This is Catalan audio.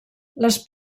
les